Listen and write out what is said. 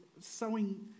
sowing